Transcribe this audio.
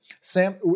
Sam